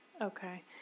Okay